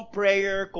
prayer